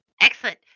Excellent